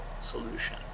solution